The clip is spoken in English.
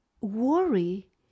worry